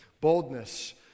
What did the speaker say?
boldness